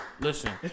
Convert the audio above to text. listen